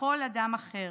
ככל אדם אחר.